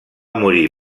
morir